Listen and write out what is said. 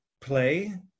play